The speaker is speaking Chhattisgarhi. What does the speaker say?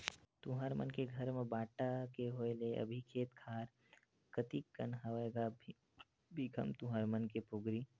तुँहर मन के घर म बांटा के होय ले अभी खेत खार कतिक कन हवय गा भीखम तुँहर मन के पोगरी?